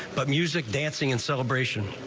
but music dancing in celebration.